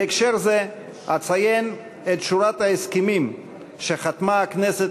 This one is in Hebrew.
בהקשר זה אציין את שורת ההסכמים שחתמה הכנסת